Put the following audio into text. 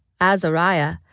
Azariah